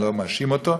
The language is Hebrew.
אני לא מאשים אותו.